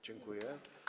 Dziękuję.